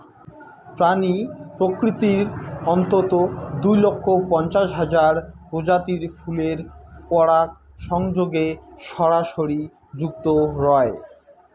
প্রাণী প্রকৃতির অন্ততঃ দুই লক্ষ পঞ্চাশ হাজার প্রজাতির ফুলের পরাগসংযোগে সরাসরি যুক্ত রয়